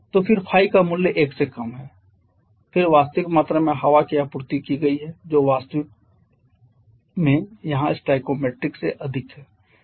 तो फिर ϕ का मूल्य 1 से कम है फिर वास्तविक मात्रा में हवा की आपूर्ति की गई है जो वास्तव में यहाँ स्टोइकोमेट्रिक से अधिक है